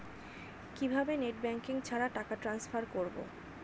কিভাবে net banking ছাড়া টাকা টান্সফার করব?